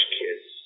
kids